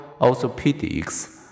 orthopedics